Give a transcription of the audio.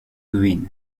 green